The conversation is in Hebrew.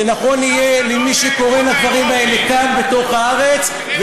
זה נכון יהיה למי שקורא את הדברים האלה כאן בתוך הארץ,